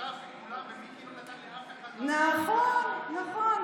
שטף את כולם, ומיקי לא נתן לאף אחד, נכון, נכון.